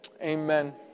Amen